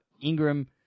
Ingram